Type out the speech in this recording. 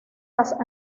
las